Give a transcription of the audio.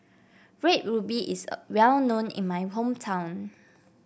Red Ruby is a well known in my hometown